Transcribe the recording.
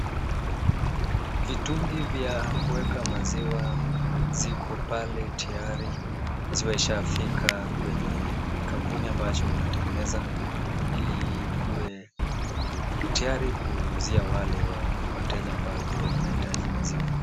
Vitungi vya kuweka maziwa, ziko pale tayari. Maziwa ishafika kwenye kampuni ambacho inatengeneza ili ikuwe tayari kuuzia wale wateja ambavyo wanahitaji maziwa.